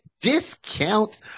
discount